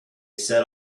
set